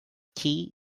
key